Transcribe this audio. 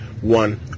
one